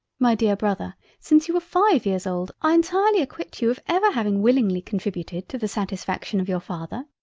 my dear brother since you were five years old, i entirely acquit you of ever having willingly contributed to the satisfaction of your father.